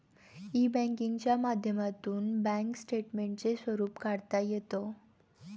E बँकिंगच्या माध्यमातून bank स्टेटमेंटचे स्वरूप काढता येतं